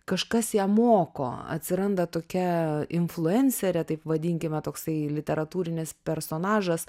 kažkas ją moko atsiranda tokia influencerė taip vadinkime toksai literatūrinis personažas